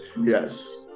Yes